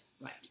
right